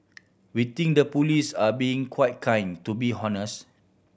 we think the police are being quite kind to be honest